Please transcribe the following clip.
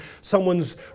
someone's